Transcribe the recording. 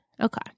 Okay